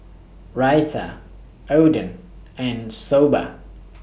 Raita Oden and Soba